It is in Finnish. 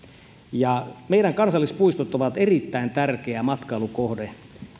ja meidän kansallispuistomme ovat erittäin tärkeä matkailukohde